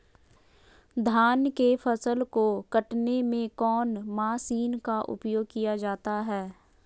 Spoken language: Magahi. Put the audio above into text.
धान के फसल को कटने में कौन माशिन का उपयोग किया जाता है?